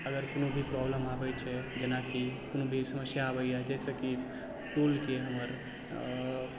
अगर कोनो भी प्रोबलेम आबै छै जेना की कोनो भी समस्या आबै यऽ जाहिसॅं कि टोल के हमर